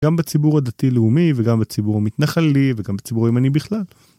גם בציבור הדתי-לאומי וגם בציבור המתנחלי וגם בציבור הימני בכלל.